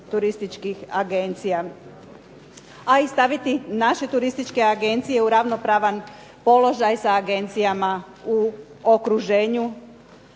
turističkih agencija, a i staviti naše turističke agencije u ravnopravan položaj sa agencijama u okruženju